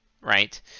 right